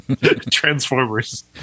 transformers